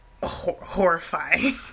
horrifying